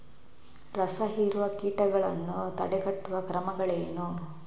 ರಸಹೀರುವ ಕೀಟಗಳನ್ನು ತಡೆಗಟ್ಟುವ ಕ್ರಮಗಳೇನು?